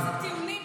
איזה טיעונים.